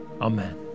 Amen